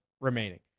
remaining